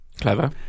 Clever